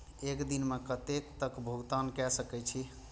एक दिन में कतेक तक भुगतान कै सके छी